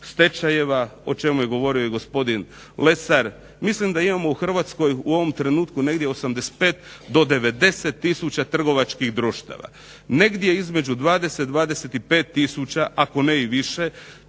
stečajeva o čemu je govorio gospodin Lesar, mislim da imamo u Hrvatskoj u ovom trenutku gdje 85 do 90 tisuća trgovačkih društava. Negdje izemđu 20 i 25 tisuća ako ne i više